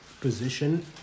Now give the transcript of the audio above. position